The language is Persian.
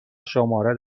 شماره